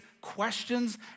questions